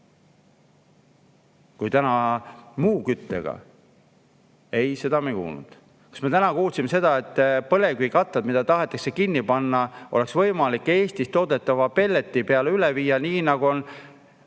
kui täna muu kütte puhul? Ei, seda me ei kuulnud. Kas me kuulsime täna seda, et põlevkivikatlad, mis tahetakse kinni panna, oleks võimalik Eestis toodetava pelleti peale üle viia, nii nagu on